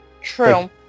true